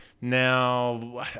Now